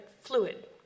fluid